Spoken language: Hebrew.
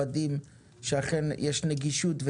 איך מוודאים שאכן יש נגישות,